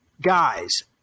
guys